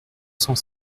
cent